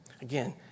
Again